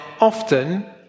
often